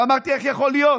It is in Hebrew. ואמרתי: איך יכול להיות